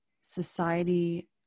society